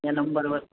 या नंबरवर